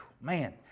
Man